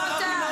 לא אתה.